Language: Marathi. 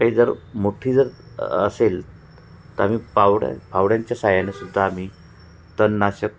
काही जर मोठ्ठी जर असेल तर आम्ही फावडा फावड्यांच्या सहाय्याने सुद्धा आम्ही तणनाशक